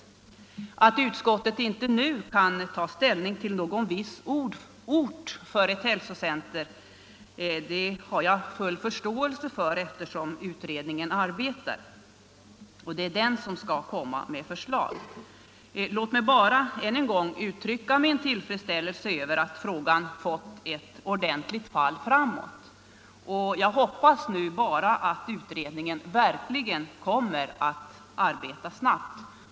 Jag har full förståelse för att utskottet inte nu kan ta ställning till någon viss ort för ett hälsocentrum, eftersom utredningen arbetar och det är den som skall lägga fram förslag. Låt mig bara än en gång uttrycka min tillfredsställelse över att frågan fått ett ordentligt fall framåt. Jag hoppas nu bara att utredningen verkligen kommer att arbeta snabbt.